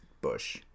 Bush